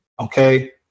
Okay